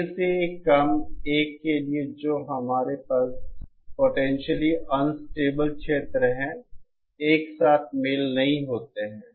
K से कम 1 के लिए जो अब हमारे पास पोटेंशियली अनस्टेबल क्षेत्र है एक साथ मेल नहीं होते हैं